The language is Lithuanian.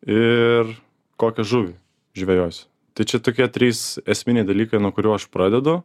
ir kokią žuvį žvejosiu tai čia tokie trys esminiai dalykai nuo kurių aš pradedu